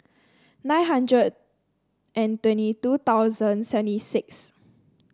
nine hundred and twenty two thousand seventy six